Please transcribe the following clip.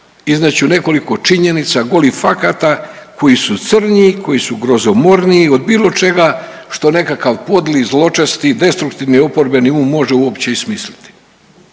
ću nekoliko činjenica, golih fakata koji su crnji, koji su grozomorniji od bilo čega što nekakav podli i zločesti i destruktivni oporbeni um može uopće i smisliti.